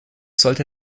sollte